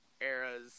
Era's